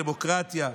דמוקרטיה,